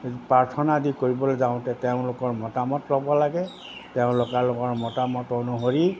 প্ৰাৰ্থনা আদি কৰিবলৈ যাওঁতে তেওঁলোকৰ মতামত ল'ব লাগে তেওঁলোকৰ মতামত অনুসৰি